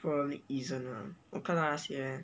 probably isn't lah 我看到那些